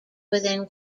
within